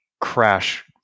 crash